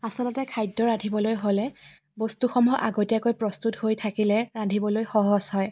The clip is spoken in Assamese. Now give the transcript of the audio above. আচলতে খাদ্য ৰান্ধিবলৈ হ'লে বস্তুসমূহ আগতীয়াকৈ প্ৰস্তুত হৈ থাকিলে ৰান্ধিবলৈ সহজ হয়